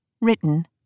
Written